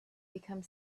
become